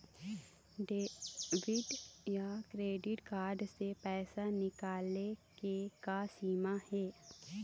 Debit या credit card से पैसा निकाले के का सीमा हे?